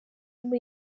muri